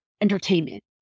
entertainment